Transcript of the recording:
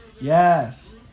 Yes